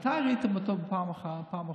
מתי ראיתם אותו כאן בפעם האחרונה?